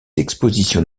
expositions